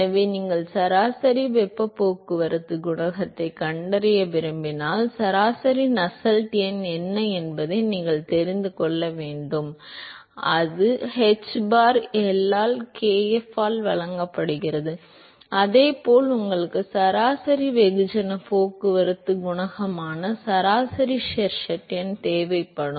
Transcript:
எனவே நீங்கள் சராசரி வெப்பப் போக்குவரத்துக் குணகத்தைக் கண்டறிய விரும்பினால் சராசரி நஸ்ஸெல்ட் எண் என்ன என்பதை நீங்கள் தெரிந்து கொள்ள வேண்டும் அது hbar L ஆல் kf ஆல் வழங்கப்படுகிறது அதே போல் உங்களுக்கு சராசரி வெகுஜனப் போக்குவரத்துக் குணகமான சராசரி ஷெர்வுட் எண் தேவைப்படும்